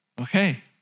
Okay